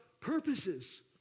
purposes